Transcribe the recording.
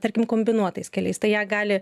tarkim kombinuotais keliais tai ją gali